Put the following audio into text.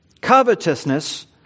Covetousness